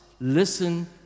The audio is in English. listen